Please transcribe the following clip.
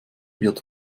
wird